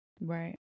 Right